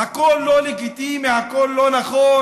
הכול לא לגיטימי, הכול לא נכון.